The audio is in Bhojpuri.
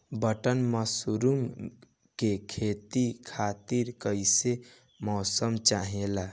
बटन मशरूम के खेती खातिर कईसे मौसम चाहिला?